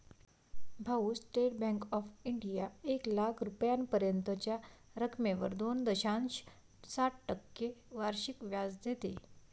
भाऊ, state bank of India एक लाख रुपयांपर्यंतच्या रकमेवर दोन दशांश सात टक्के वार्षिक व्याज देते